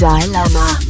Dilemma